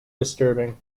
disturbing